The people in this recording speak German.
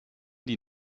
die